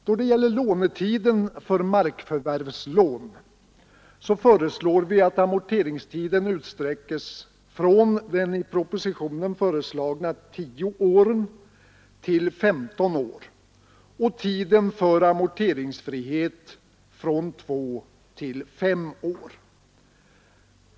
Då det gäller lånetiden för markförvärvslån föreslår vi att amorteringstiden utsträckes från i propositionen förslagna 10 år till 15 år och tiden för amorteringsfrihet från 2 till 5 år.